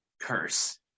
curse